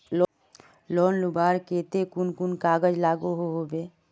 Loan लुबार केते कुन कुन कागज लागोहो होबे?